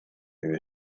who